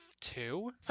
Two